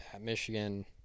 Michigan